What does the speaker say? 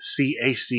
CAC